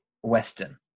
Western